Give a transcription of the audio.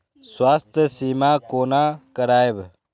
स्वास्थ्य सीमा कोना करायब?